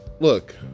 Look